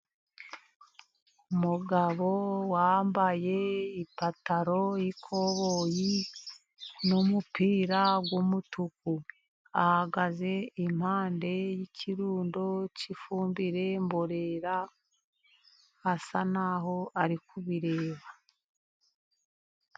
Umugabo wambaye ipantaro y'ikoboyi, n'umupira w'umutuku, ahagaze impande y'ikirundo cy'ifumbire mborera, asa n'aho ari kubireba.